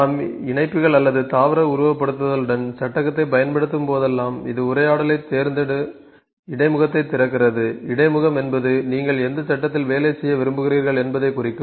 நாம் இணைப்பிகள் அல்லது தாவர உருவகப்படுத்துதலுடன் சட்டத்தைப் பயன்படுத்தும் போதெல்லாம் இது உரையாடலைத் தேர்ந்தெடு இடைமுகத்தைத் திறக்கிறது இடைமுகம் என்பது நீங்கள் எந்த சட்டத்தில் வேலை செய்ய விரும்புகிறீர்கள் என்பதை குறிக்கும்